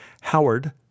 Howard